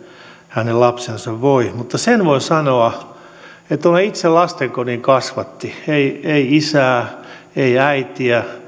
hänen lapsensa voi mutta sen voin sanoa että kun olen itse lastenkodin kasvatti ei ei isää ei äitiä